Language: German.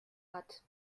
hat